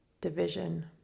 division